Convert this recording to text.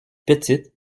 petite